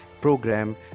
program